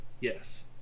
Yes